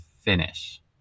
finish